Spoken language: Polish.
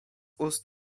ust